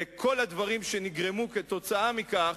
וכל הדברים שנגרמו כתוצאה מכך,